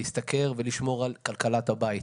להשתכר ולשמור על כלכלת הבית.